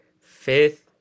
Fifth